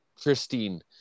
Christine